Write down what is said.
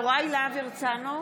יוראי להב הרצנו,